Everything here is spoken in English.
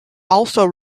also